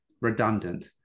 redundant